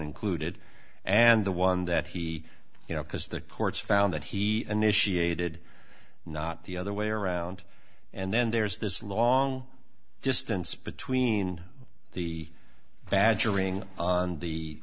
included and the one that he you know because the courts found that he initiated not the other way around and then there's this long distance between the badgering on the